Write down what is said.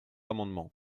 amendement